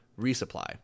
resupply